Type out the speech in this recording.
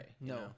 No